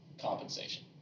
compensation